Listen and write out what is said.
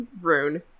rune